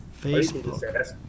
Facebook